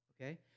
Okay